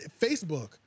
Facebook